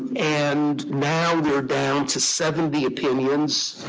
and now they're down to seventy opinions.